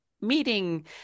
meeting